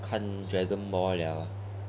看 dragon ball 了 ah